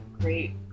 great